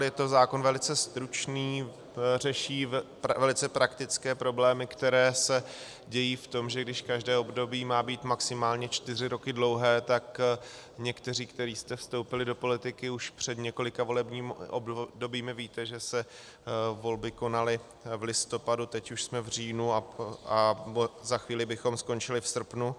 Je to zákon velice stručný, řeší velice praktické problémy, které se dějí v tom, že když každé období má být maximálně čtyři roky dlouhé, tak někteří, kteří jste vstoupili do politiky už před několika volebními obdobími, víte, že se volby konaly v listopadu, teď už jsme v říjnu a za chvíli bychom skončili v srpnu.